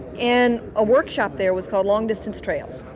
and a workshop there was called long-distance trails.